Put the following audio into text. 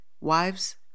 Wives